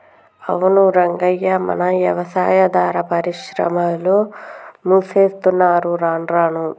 అవును రంగయ్య మన యవసాయాదార పరిశ్రమలు మూసేత్తున్నరు రానురాను